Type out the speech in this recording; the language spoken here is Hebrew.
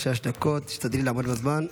1.4 עבור הוועד המקומי בחברון,